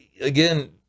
again